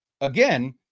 again